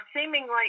seemingly